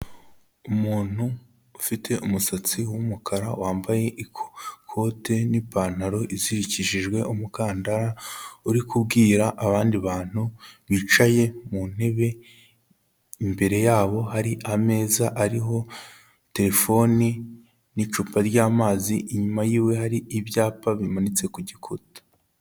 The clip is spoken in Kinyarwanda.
Umuntu ufite umusatsi w’umukara wambaye ikote n'ipantaro izirikishijwe umukandara, uri kubwira abandi bantu bicaye mu ntebe, imbere yabo hari ameza ariho telefoni n'icupa ry’amazi, inyuma yiwe hari ibyapa bimanitse ku gikuta.